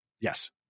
Yes